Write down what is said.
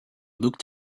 looked